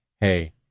Hey